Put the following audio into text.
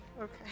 okay